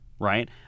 Right